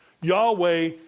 Yahweh